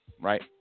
right